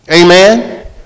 Amen